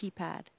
keypad